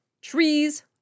Trees